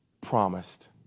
promised